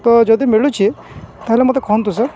ତ ଯଦି ମିଳୁଛିି ତାହେଲେ ମୋତେ କୁହନ୍ତୁ ସାର୍